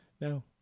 No